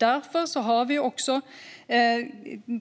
Därför har vi också